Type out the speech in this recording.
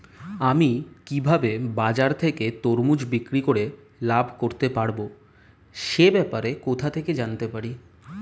আমি কিভাবে বাজার থেকে তরমুজ বিক্রি করে লাভ করতে পারব সে ব্যাপারে কোথা থেকে জানতে পারি?